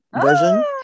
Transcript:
version